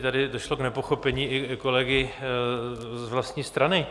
Tady došlo k nepochopení i kolegy z vlastní strany.